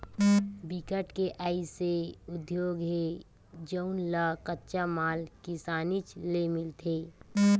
बिकट के अइसे उद्योग हे जउन ल कच्चा माल किसानीच ले मिलथे